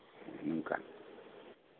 ᱱᱚᱜ ᱚᱻᱱᱚᱝᱠᱟ